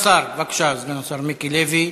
בבקשה, סגן השר מיקי לוי.